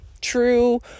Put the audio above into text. true